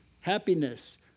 happiness